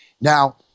Now